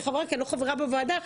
כי אני לא חברה בוועדה.